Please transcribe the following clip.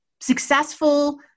successful